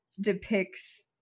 depicts